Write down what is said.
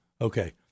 okay